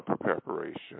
Preparation